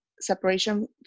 separation